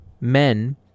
Men